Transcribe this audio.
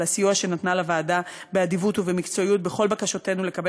על הסיוע שנתנה לוועדה באדיבות ובמקצועיות בכל בקשותינו לקבל